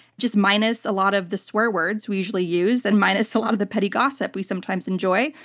just minus a lot of the swear words we usually use, and minus a lot of the petty gossip we sometimes enjoy,